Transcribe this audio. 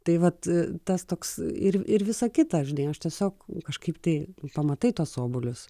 tai vat tas toks ir ir visą kitą aš deja aš tiesiog kažkaip tai pamatai tuos obuolius